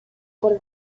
por